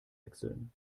wechseln